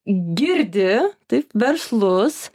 girdi taip verslus